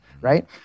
right